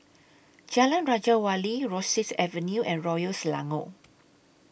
Jalan Raja Wali Rosyth Avenue and Royal Selangor